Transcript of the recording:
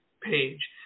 page